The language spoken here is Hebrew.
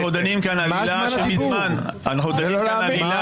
אנחנו דנים כאן על עילה --- זה לא להאמין.